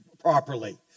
properly